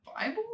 bible